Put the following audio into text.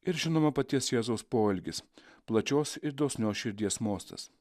ir žinoma paties jėzaus poelgis plačios ir dosnios širdies mostas